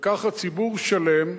וככה ציבור שלם,